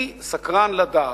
אני סקרן לדעת,